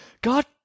god